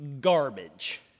garbage